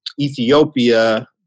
Ethiopia